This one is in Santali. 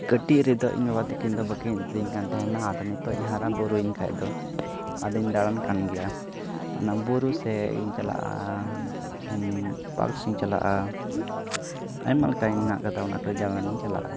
ᱠᱟᱹᱴᱤᱡ ᱨᱮᱫᱚ ᱤᱧ ᱵᱟᱵᱟ ᱛᱟᱹᱠᱤᱱ ᱫᱚ ᱵᱟᱹᱠᱤᱱ ᱤᱫᱤᱧ ᱠᱟᱱ ᱛᱟᱦᱮᱱᱟ ᱟᱫᱚ ᱱᱤᱛᱚᱜ ᱤᱧ ᱦᱟᱟᱼᱵᱩᱨᱩᱭᱮᱱ ᱠᱷᱟᱱ ᱫᱚ ᱟᱫᱚᱧ ᱫᱟᱬᱟᱱ ᱠᱟᱱ ᱜᱮᱭᱟ ᱚᱱᱟ ᱵᱩᱨᱩ ᱥᱮᱫ ᱤᱧ ᱟᱞᱟᱜᱼᱟ ᱯᱟᱨᱠ ᱥᱮᱫ ᱤᱧ ᱪᱟᱞᱟᱜᱼᱟ ᱟᱭᱢᱟ ᱞᱮᱠᱟᱱᱟᱜ ᱡᱟᱭᱜᱟ ᱢᱮᱱᱟᱜ ᱠᱟᱫᱟ ᱚᱱᱟ ᱠᱚᱨᱮᱫ ᱫᱟᱬᱟᱱᱤᱧ ᱪᱟᱞᱟᱜᱼᱟ